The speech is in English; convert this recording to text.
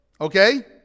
Okay